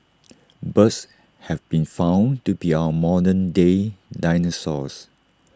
birds have been found to be our modern day dinosaurs